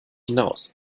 hinaus